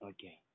Okay